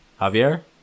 javier